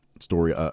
story